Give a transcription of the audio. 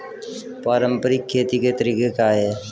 पारंपरिक खेती के तरीके क्या हैं?